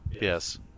Yes